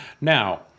Now